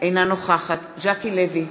אינה נוכחת ז'קי לוי,